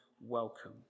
welcome